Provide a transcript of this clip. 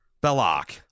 Belloc